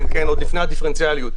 עוד לפני הדיפרנציאליות.